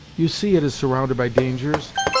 you see it is surrounded by dangers,